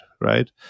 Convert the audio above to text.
right